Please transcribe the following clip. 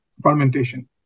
fermentation